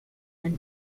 and